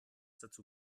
dazu